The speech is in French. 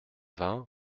vingt